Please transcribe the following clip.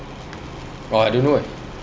!wah! I don't know eh